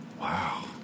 Wow